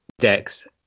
Dex